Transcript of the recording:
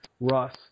Russ